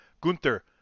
Gunther